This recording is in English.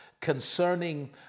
concerning